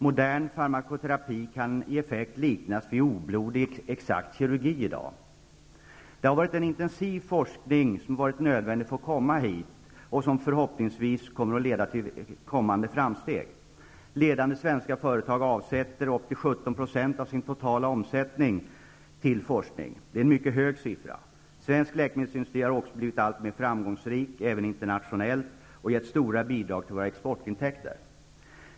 Modern farmakoterapi kan i effekt liknas vid oblodig exakt kirurgi. Det har krävts en intensiv forskning för att uppnå denna utveckling och förhoppningsvis kommande framsteg. Ledande svenska företag avsätter så mycket som 17 % av sin totala omsättning till forskning. Det är en mycket hög siffra. Svensk läkemedelsindustri har också blivit alltmer framgångsrik internationellt, och den ger stora bidrag till våra exportintäkter.